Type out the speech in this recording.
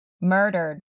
murdered